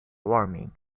warming